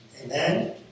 Amen